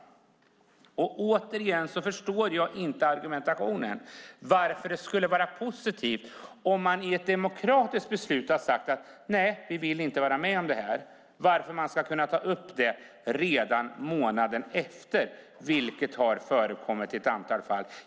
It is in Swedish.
Jag förstår återigen inte argumentationen varför det skulle vara positivt att ta upp en ombildning redan månaden efter, vilket har förekommit i ett antal fall, om man i ett demokratiskt beslut har sagt att nej, vi vill inte vara med om det här.